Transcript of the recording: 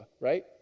right